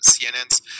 CNNs